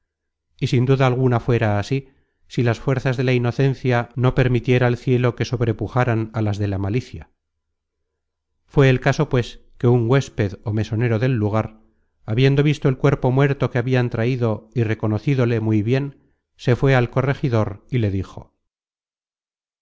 y sin duda alguna fuera así si las fuerzas de la inocencia no permitiera el cielo que sobrepujaran á las de la malicia content from google book search generated at fué el caso pues que un huésped ó mesonero del lugar habiendo visto el cuerpo muerto que habian traido y reconocídole muy bien se fué al corregidor y le dijo